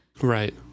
right